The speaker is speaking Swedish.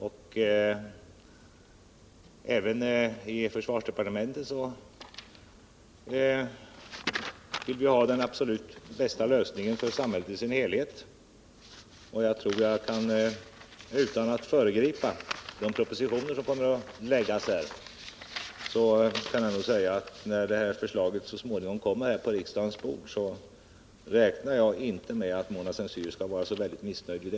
Tisdagen den Aven i försvarsdepartementet vill vi ha den absolut bästa lösningen för 18 december 1979 samhället i dess helhet. Jag tror att jag kan säga, utan att föregripa de propositioner som kommer att läggas fram, att när förslaget så småningom kommer på riksdagens bord räknar jag inte med att Mona S:t Cyr skall vara så väldigt missnöjd.